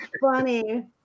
funny